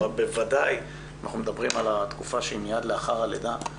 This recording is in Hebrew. בוודאי אם אנחנו מדברים על התקופה שהיא מיד לאחר הלידה,